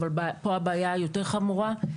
אבל פה היא יותר חמורה.